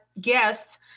guests